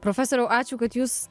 profesoriau ačiū kad jūs